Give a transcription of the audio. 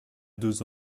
deux